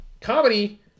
Comedy